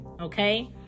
okay